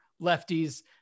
lefties